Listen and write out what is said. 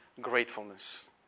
gratefulness